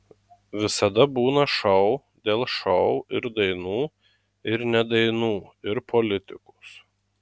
visada būna šou dėl šou ir dainų ir ne dainų ir politikos